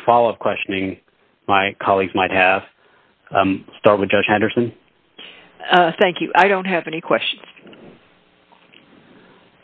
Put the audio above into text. any fall of questioning my colleagues might have start with judge henderson thank you i don't have any questions